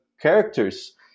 characters